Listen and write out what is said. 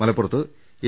മലപ്പുറത്ത് എ